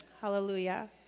Hallelujah